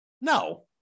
No